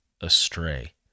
astray